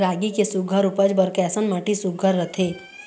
रागी के सुघ्घर उपज बर कैसन माटी सुघ्घर रथे?